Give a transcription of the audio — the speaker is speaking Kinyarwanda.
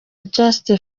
just